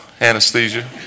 anesthesia